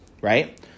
right